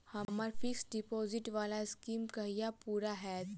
हम्मर fixed deposit वला scheme कहिया पूरा हैत?